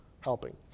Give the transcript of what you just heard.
helping